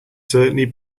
certainly